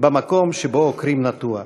במקום שבו עוקרים נטוע.